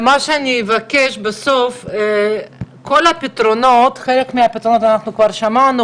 אנחנו נרכז את כל הפתרונות ששמענו